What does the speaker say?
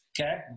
Okay